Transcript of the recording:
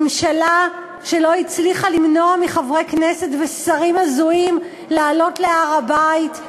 ממשלה שלא הצליחה למנוע מחברי כנסת ומשרים הזויים לעלות להר-הבית,